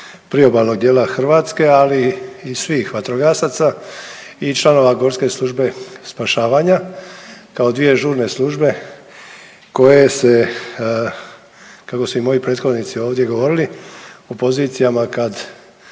priobalnog dijela Hrvatske, ali i svih vatrogasaca i članova Gorske službe spašavanja kao dvije žurne službe koje se kako su i moji prethodnici ovdje govorili u pozicijama kad